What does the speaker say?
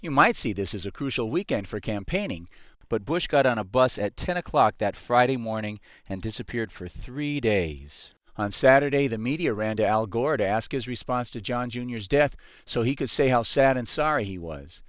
you might see this is a crucial weekend for campaigning but bush got on a bus at ten o'clock that friday morning and disappeared for three days on saturday the media ran to al gore to ask his response to john junior's death so he could say how sad and sorry he was